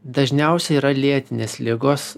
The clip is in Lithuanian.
dažniausiai yra lėtinės ligos